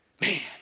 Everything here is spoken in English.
Man